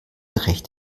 recht